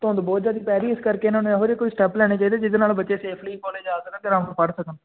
ਧੁੰਦ ਬਹੁਤ ਜ਼ਿਆਦੇ ਪੈ ਰਹੀ ਇਸ ਕਰਕੇ ਇਹਨਾਂ ਨੂੰ ਇਹੋ ਜਿਹੇ ਕੋਈ ਸਟੈਪ ਲੈਣੇ ਚਾਹੀਦੇ ਜਿਹਦੇ ਨਾਲ ਬੱਚੇ ਸੇਫਲੀ ਕੋਲੇਜ ਜਾ ਸਕਣ ਅਤੇ ਆਰਾਮ ਨਾਲ ਪੜ੍ਹ ਸਕਣ